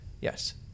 Yes